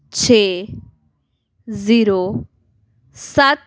ਛੇ ਜ਼ੀਰੋ ਸੱਤ